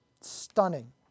Stunning